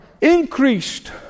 increased